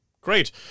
Great